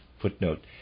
Footnote